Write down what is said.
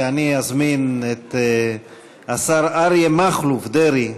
ואני אזמין את השר אריה מכלוף דרעי,